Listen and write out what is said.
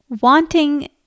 wanting